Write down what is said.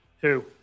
Two